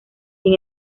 sin